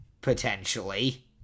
potentially